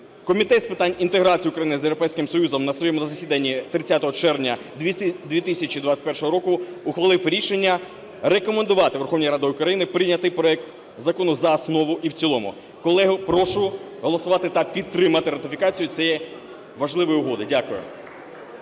Комітет з питань інтеграції України з Європейським Союзом на своєму засіданні 30 червня 2021 року ухвалив рішення рекомендувати Верховній Раді України прийняти проект закону за основу і в цілому. Колеги, прошу голосувати та підтримати ратифікацію цієї важливої угоди. Дякую.